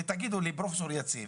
ותגידו לפרופ' יציב